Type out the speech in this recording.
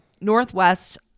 Northwest